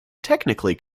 technically